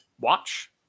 watch